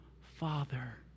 Father